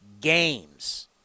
games